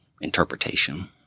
interpretation